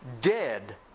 dead